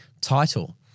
title